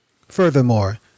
Furthermore